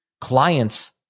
clients